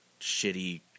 shitty